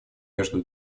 между